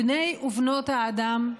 בני ובנות האדם,